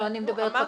אני מדברת על פקחים.